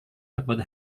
takut